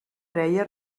reia